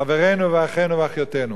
חברינו, אחינו ואחיותינו,